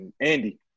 Andy